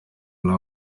neza